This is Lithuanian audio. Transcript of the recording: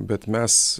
bet mes